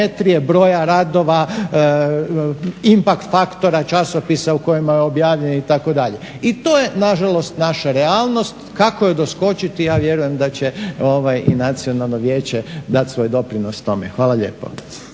broja radova, inpakt faktora časopisa u kojima je objavljen itd. I to je nažalost naša realnost. Kako joj doskočiti? Ja vjerujem da će i Nacionalno vijeće dati svoj doprinos tome. Hvala lijepo.